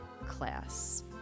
class